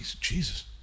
Jesus